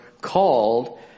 called